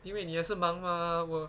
因为你也是忙吗我